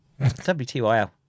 WTYL